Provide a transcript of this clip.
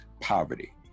poverty